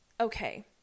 okay